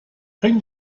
bring